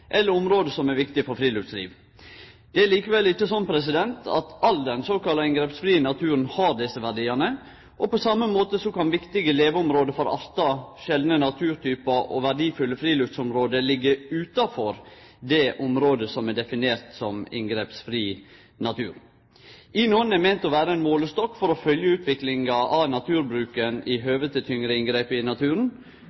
eller område som er viktige for friluftsliv. Det er likevel ikkje slik at all den såkalla inngrepsfrie naturen har desse verdiane. På same måten kan viktige leveområde for artar, sjeldne naturtypar og verdifulle friluftsområde liggje utanfor det området som er definert som inngrepsfri natur. INON er meint å vere ein målestokk for å følgje utviklinga av naturbruken i